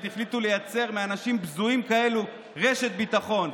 החליטו לייצר מהאנשים בזויים כאלו רשת ביטחון.